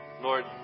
Lord